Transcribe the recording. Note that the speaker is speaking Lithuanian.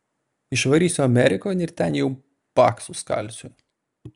išvarysiu amerikon ir ten jau baksus kalsiu